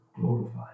glorified